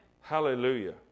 Hallelujah